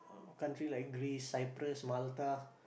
country like Greece Cyprus Malta